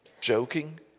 joking